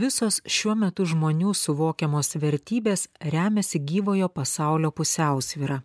visos šiuo metu žmonių suvokiamos vertybės remiasi gyvojo pasaulio pusiausvyra